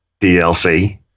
DLC